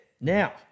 Now